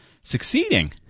succeeding